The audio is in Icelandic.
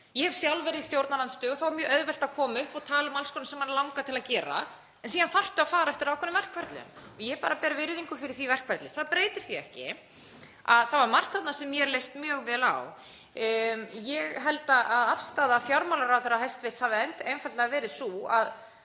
Ég hef sjálf verið í stjórnarandstöðu og þá er mjög auðvelt að koma upp og tala um alls konar sem mann langar til að gera en síðan þarftu að fara eftir ákveðnum verkferlum. Ég ber bara virðingu fyrir því verkferli. Það breytir því ekki að það var margt þarna sem mér leist mjög vel á. Ég held að afstaða hæstv. fjármálaráðherra hafi einfaldlega verið sú að